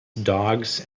dogs